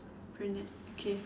brunette okay